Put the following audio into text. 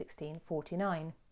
1649